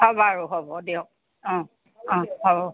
হ'ব বাৰু হ'ব দিয়ক অ অ হ'ব